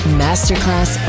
masterclass